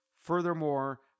Furthermore